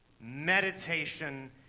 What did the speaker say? meditation